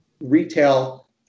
retail